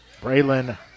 Braylon